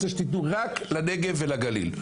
רוצה שתיתנו רק לנגב ולגליל,